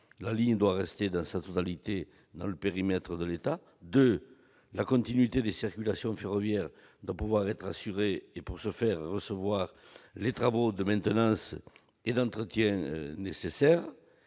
la ligne doit rester en totalité dans le périmètre de l'État ; la continuité des circulations ferroviaires doit pouvoir être assurée, et il convient donc d'effectuer les travaux de maintenance et d'entretien nécessaires